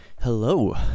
hello